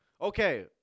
Okay